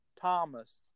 Thomas